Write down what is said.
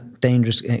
dangerous